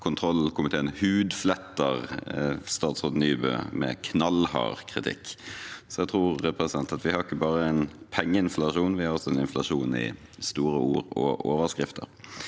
kontrollkomiteen hudfletter statsråd Nybø med knallhard kritikk. Jeg tror at vi ikke bare har en pengeinflasjon, vi har også en inflasjon i store ord og overskrifter.